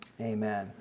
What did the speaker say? Amen